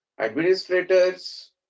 administrators